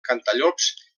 cantallops